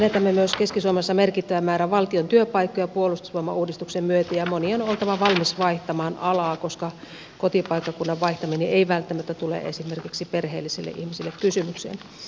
menetämme myös keski suomessa merkittävän määrän valtion työpaikkoja puolustusvoimauudistuksen myötä ja monien on oltava valmiita vaihtamaan alaa koska kotipaikkakunnan vaihtaminen ei välttämättä tule esimerkiksi perheellisille ihmisille kysymykseen